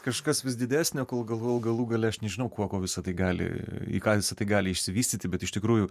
kažkas vis didesnio kol kol kol galų gale aš nežinau kuo kuo visa tai gali į ką visa tai gali išsivystyti bet iš tikrųjų